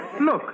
Look